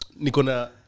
Nikona